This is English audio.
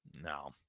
No